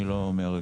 אני לא מהרגועים.